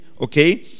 Okay